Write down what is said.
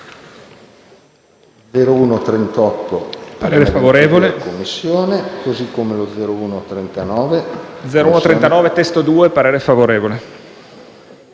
parere favorevole